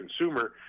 consumer